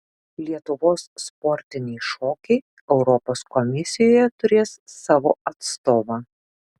lietuvos sportiniai šokiai europos komisijoje turės savo atstovą